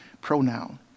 pronoun